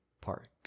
park